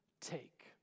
take